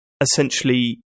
essentially